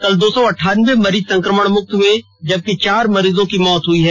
कल दो सौ अंठानबे मरीज संक्रमण मुक्त हुए जबकि चार मरीजों की मौत हुई है